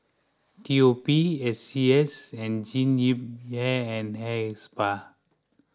T O P S C S and Jean Yip Hair and Hair Spa